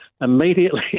immediately